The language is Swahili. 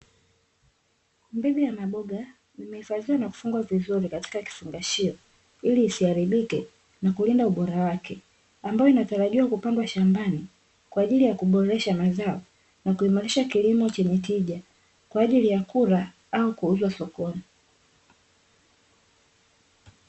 Mbegu ya maboga, imehifadhiwa na kufungwa vizuri katika kifungashio ili isiharibike na kulinda ubora wake, ambayo inatarajiwa kupandwa shambani kwa ajili ya kuboresha mazao na kuimarisha kilimo chenye tija, kwa ajili ya kula au kuuzwa sokoni.